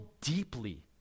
deeply